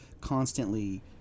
constantly